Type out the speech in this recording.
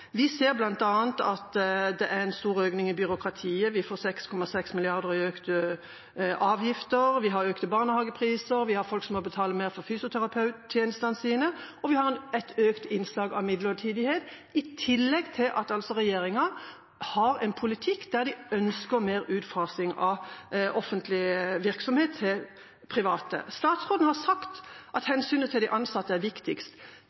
Vi ser bl.a. at det er en stor økning i byråkratiet, vi får 6,6 mrd. kr i økte avgifter, vi har økte barnehagepriser, folk må betale mer for fysioterapitjenestene, og vi har et økt innslag av midlertidighet – i tillegg til at regjeringen har en politikk der de ønsker mer utfasing av offentlig virksomhet til private. Statsråden har sagt at hensynet til de ansatte er viktigst.